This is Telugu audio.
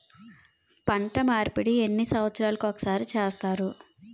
పంట మార్పిడి ఎన్ని సంవత్సరాలకి ఒక్కసారి చేస్తారు?